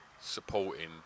supporting